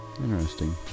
Interesting